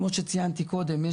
כמו שציינתי קודם,